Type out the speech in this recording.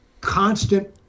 constant